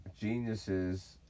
geniuses